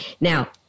now